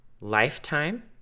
lifetime